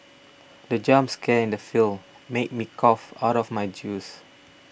the jump scare in the film made me cough out my juice